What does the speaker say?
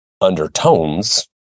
undertones